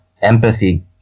empathy